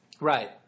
Right